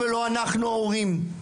לא אנחנו ההורים.